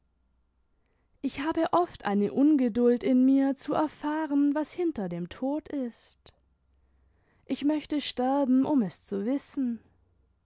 ich habe oft eine ungeduld in mir zu erfahren was hinter dem tod ist ich möchte sterben um es zu wissen